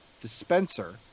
dispenser